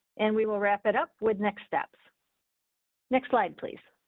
and we will wrap it up with next steps next slide please.